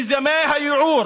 מיזמי הייעור